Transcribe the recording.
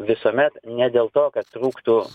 visuomet ne dėl to kad trūktų